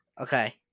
Okay